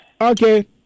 Okay